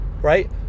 right